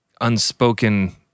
unspoken